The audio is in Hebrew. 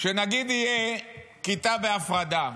נגיד שתהיה כיתה בהפרדה,